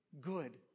good